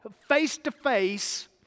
face-to-face